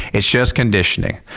it's just conditioning.